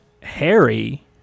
Harry